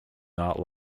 not